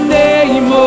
name